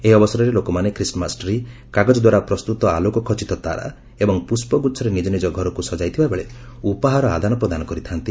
ଏହି ଅବସରରେ ଲୋକମାନେ ଖ୍ରୀଷ୍ଟମାସ ଟ୍ରି କାଗଜ ଦ୍ୱାରା ପ୍ରସ୍ତୁତ ଆଲୋକ ଖଚିତ ତାରା ଏବଂ ପୁଷ୍ପଗୁଚ୍ଛରେ ନିଜନିଜ ଘରକୁ ସଜାଇଥିବା ବେଳେ ଉପହାର ଆଦାନପ୍ରଦାନ କରିଥାଆନ୍ତି